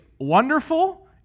wonderful